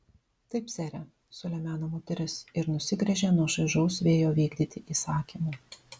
taip sere sulemeno moteris ir nusigręžė nuo čaižaus vėjo vykdyti įsakymų